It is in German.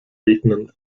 regnen